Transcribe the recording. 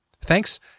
Thanks